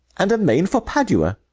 and amain for padua.